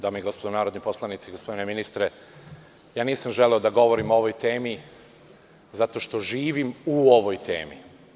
Dame i gospodo narodni poslanici, gospodine ministre, nisam želeo da govorim o ovoj temi zato što živim u ovoj temi.